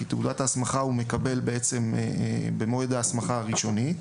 כי את תעודת ההסמכה הוא מקבל במועד ההסמכה הראשונית,